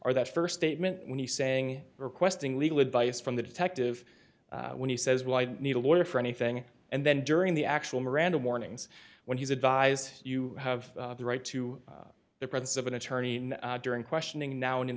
are that st statement when you saying requesting legal advice from the detective when he says well i need a lawyer for anything and then during the actual miranda warnings when he's advised you have the right to the presence of an attorney during questioning now and in